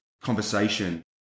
conversation